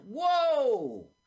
Whoa